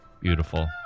beautiful